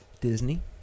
Disney